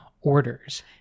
orders